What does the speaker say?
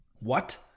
What